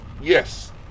Yes